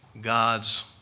God's